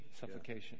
suffocation